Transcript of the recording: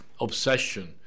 obsession